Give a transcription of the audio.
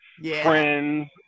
Friends